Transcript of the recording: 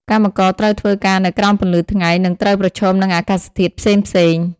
កម្មករត្រូវធ្វើការនៅក្រោមពន្លឺថ្ងៃ និងត្រូវប្រឈមនឹងអាកាសធាតុផ្សេងៗ។